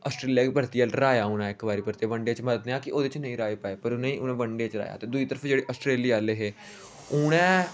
Australia गी परती हराया उ'नें इक बारी परतिये बन डे च मन्नने आं कि ओह् नेईं हराई पाए पर उ'नेंगी बन डे च हराया ते दूई तरफ जेह्ड़े आस्ट्रेलिया आहले हे उ'नें